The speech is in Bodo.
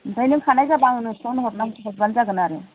ओमफ्राय नों खाननाय जाब्ला आंनो फन हरब्लानो जागोन आरो